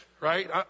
right